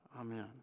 Amen